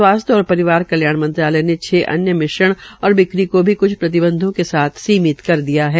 स्वास्थ्य और परिवार कल्याण मंत्रालय ने छह अन्य मिश्रण और बिक्री को भी क्छ प्रतिबंधों के साथ सीमित कर दिया है